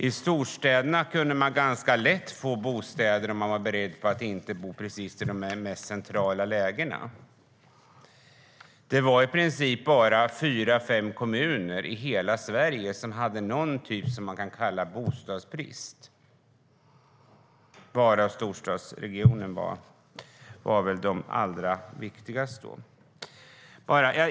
I storstäderna kunde man ganska lätt få en bostad om man var beredd att inte bo i de mest centrala lägena. Det var i princip bara fyra fem kommuner i hela Sverige som hade någon typ av bostadsbrist. Storstadsregionerna var de allra viktigaste.